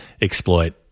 exploit